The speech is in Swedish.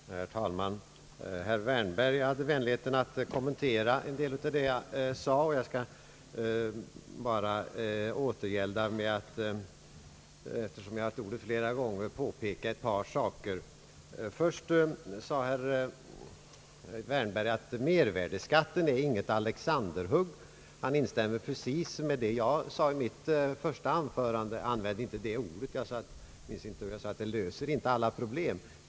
Herr talman! Herr Wärnberg hade vänligheten att kommentera en del av det jag sade. Eftersom jag har haft ordet flera gånger, skall jag bara återgälda med att påpeka ett par saker. Herr Wärnberg sade att mervärdeskatten inte är något Alexandershugg. Han instämde därmed precis i vad jag sade i mitt första anförande. Jag använde inte det ordet, men jag sade att mervärdeskatten »inte löser alla problem».